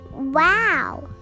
Wow